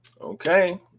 Okay